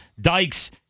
Dykes-